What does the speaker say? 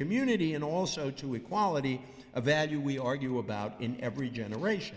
community and also to equality of value we argue about in every generation